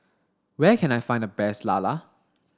where can I find the best Lala